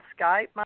Skype